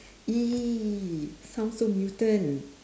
!ee! sound so mutant